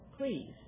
please